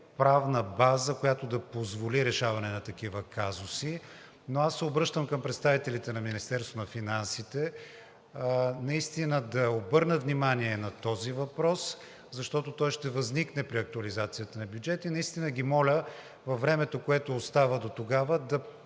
правна база, която да позволи решаването на такива казуси, но се обръщам към представителите на Министерството на финансите – наистина да обърнат внимание на този въпрос, защото той ще възникне при актуализацията на бюджета. Наистина ги моля във времето, което остава дотогава, да